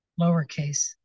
lowercase